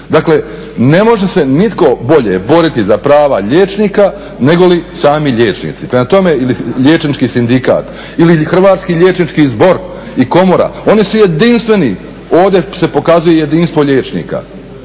Dakle, ne može se nitko bolje boriti za prava liječnika nego li sami liječnici. Prema tome, ili liječnički sindikat ili Hrvatski liječnički zbor i komora, oni su jedinstveni, ovdje se pokazuje jedinstvo liječnika